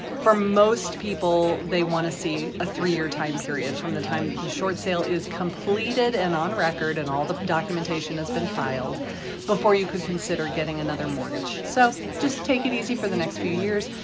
for most people, they want to see a three year time period from the time that the short sale is completed and on record and all the documentation has been filed before you could consider getting another mortgage. so just take it easy for the next few years,